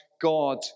God